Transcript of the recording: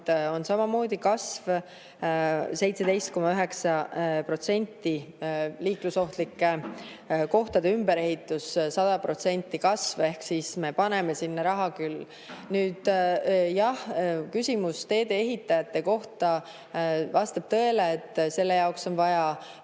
on samamoodi kasv – 17,9%, liiklusohtlike kohtade ümberehitus – 100% kasv. Ehk me paneme sinna raha küll. Nüüd, jah, küsimus teedeehitajate kohta. Vastab tõele, et selle jaoks on vaja